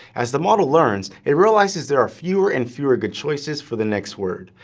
as the model learns, it realizes there are fewer and fewer good choices for the next word.